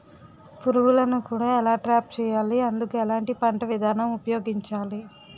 పురుగులను ఎలా ట్రాప్ చేయాలి? అందుకు ఎలాంటి పంట విధానం ఉపయోగించాలీ?